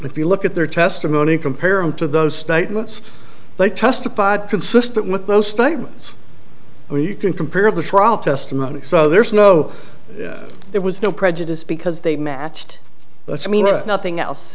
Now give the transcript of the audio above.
if you look at their testimony compare him to those statements they testified consistent with those statements well you can compare the trial testimony so there's no there was no prejudice because they matched let me read nothing else